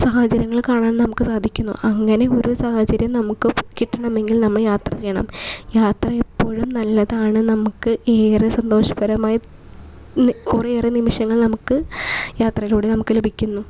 സഹോദരങ്ങളെ കാണാനും നമുക്ക് സാധിക്കുന്നു അങ്ങനെ ഒരു സാഹചര്യം നമുക്ക് കിട്ടണമെങ്കിൽ നമ്മൾ യാത്ര ചെയ്യണം യാത്രയെപ്പോഴും നല്ലതാണ് നമുക്ക് ഏറെ സന്തോഷകരമായ കുറെ ഏറെ നിമിഷങ്ങൾ നമുക്ക് യാത്രയിലൂടെ നമുക്ക് ലഭിക്കുന്നു